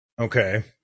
Okay